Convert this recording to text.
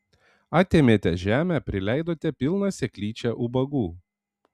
atėmėte žemę prileidote pilną seklyčią ubagų